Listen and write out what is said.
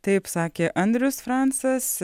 taip sakė andrius francas